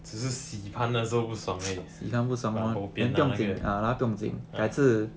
只是洗盘的时候不爽而已 but bobian lah 那个 ah